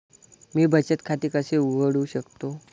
मी बचत खाते कसे उघडू शकतो?